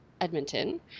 Edmonton